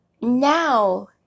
now